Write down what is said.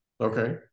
Okay